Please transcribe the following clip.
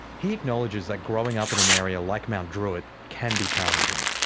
he acknowledges that growing up in an area like mount druitt can be challenging.